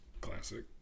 classic